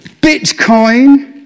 bitcoin